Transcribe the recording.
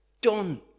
Done